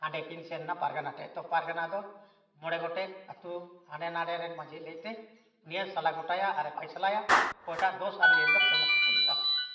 ᱦᱟᱸᱰᱮᱠᱤᱱ ᱥᱮᱱ ᱮᱱᱟ ᱯᱟᱨᱜᱟᱱᱟ ᱴᱷᱮᱡ ᱛᱚ ᱯᱟᱨᱜᱟᱱᱟ ᱫᱚ ᱢᱚᱬᱮ ᱜᱚᱴᱮᱡ ᱟᱛᱳ ᱦᱟᱸᱰᱮ ᱱᱟᱸᱰᱮ ᱨᱮᱱ ᱢᱟᱺᱡᱷᱤ ᱞᱟᱹᱭᱛᱮ ᱩᱱᱤᱭᱮ ᱥᱟᱞᱟ ᱜᱚᱴᱟᱭᱟ ᱟᱨᱮ ᱯᱷᱚᱭᱥᱟᱞᱟᱭᱟ ᱚᱠᱚᱭᱴᱟᱜ ᱫᱳᱥ ᱟᱨ ᱱᱤᱭᱟᱹ ᱫᱚ ᱥᱚᱢᱚᱥᱥᱟ ᱤᱭᱟᱹᱜᱼᱟ